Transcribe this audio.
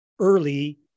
early